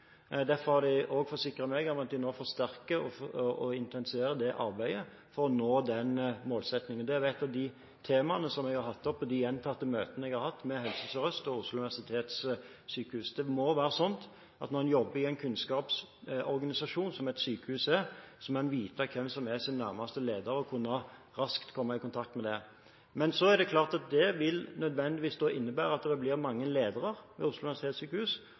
Derfor har de også forsikret meg om at de nå forsterker og intensiverer arbeidet for å nå den målsettingen. Det er et av de temaene som jeg har hatt oppe på de gjentatte møtene jeg har hatt med Helse Sør-Øst og Oslo universitetssykehus. Det må være slik at når en jobber i en kunnskapsorganisasjon som et sykehus er, må en vite hvem som er sin nærmeste leder, og raskt kunne i kontakt med vedkommende. Men så vil det nødvendigvis innebære at det blir mange ledere ved Oslo universitetssykehus,